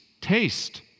taste